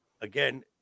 Again